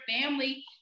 family